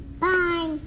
Bye